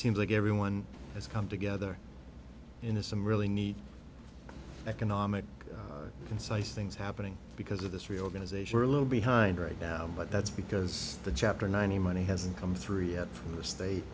seems like everyone has come together in a some really neat economic concise things happening because of this reorganization are a little behind right now but that's because the chapter nineteen money hasn't come through yet from the state